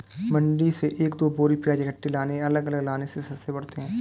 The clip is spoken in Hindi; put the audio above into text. मंडी से एक दो बोरी प्याज इकट्ठे लाने अलग अलग लाने से सस्ते पड़ते हैं